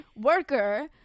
worker